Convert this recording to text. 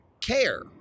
care